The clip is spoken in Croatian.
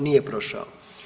Nije prošao.